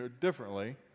differently